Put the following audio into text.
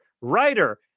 writer